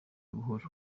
buhoro